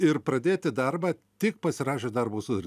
ir pradėti darbą tik pasirašius darbo sutartį